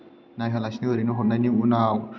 नायहोयालासिनो ओरैनो हरनायनि उनाव